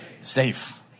safe